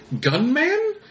gunman